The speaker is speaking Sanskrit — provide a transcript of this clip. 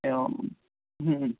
एवं